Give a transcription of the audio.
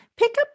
Pickup